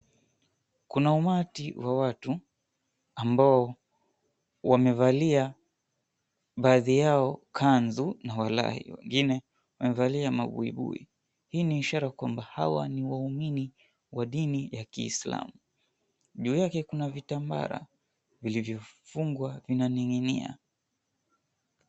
Kuna umati wa watu, ambao wamevalia baadhi yao kanzu na walahi, wengine wamevalia mabuibui. Hii ni ishara kwamba hawa ni waumini wa dini ya kiislamu. Juu yake kuna vitambara vilivyofungwa vinaning'inia.